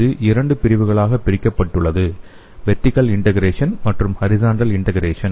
இது இரண்டு பிரிவுகளாக பிரிக்கப்பட்டுள்ளது வெர்டிகல் இன்டெக்ரேசன் மற்றும் ஹரிசான்டல் இன்டெக்ரேசன்